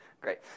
great